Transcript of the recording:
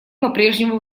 попрежнему